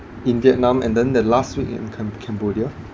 in vietnam and then the last week in cam~ cambodia